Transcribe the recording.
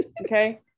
Okay